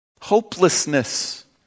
Hopelessness